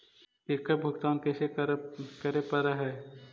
एकड़ भुगतान कैसे करे पड़हई?